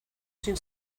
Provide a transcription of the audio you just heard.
sin